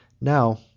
Now